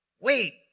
wait